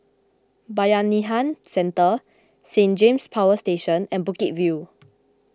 Bayanihan Centre Saint James Power Station and Bukit View